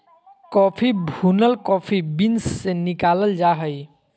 coffee भुनल coffee beans से निकालल जा हइ